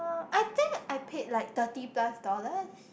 I think I paid like thirty plus dollars